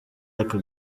aka